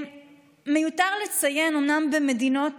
מיותר לציין, אומנם במדינות